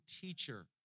teacher